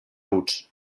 huts